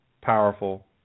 powerful